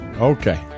Okay